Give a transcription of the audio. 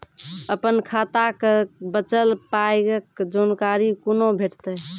अपन खाताक बचल पायक जानकारी कूना भेटतै?